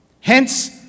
hence